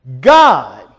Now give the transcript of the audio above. God